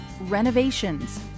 renovations